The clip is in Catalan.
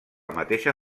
mateixa